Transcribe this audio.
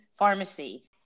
pharmacy